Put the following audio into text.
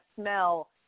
smell